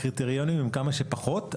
הקריטריונים הם כמה שפחות.